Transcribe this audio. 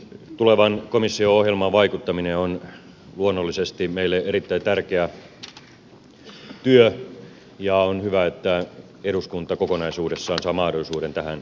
tulevan komission ohjelmaan vaikuttaminen on luonnollisesti meille erittäin tärkeä työ ja on hyvä että eduskunta kokonaisuudessaan saa mahdollisuuden tähän keskusteluun